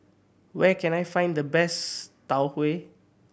where can I find the best Tau Huay